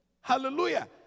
Hallelujah